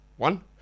One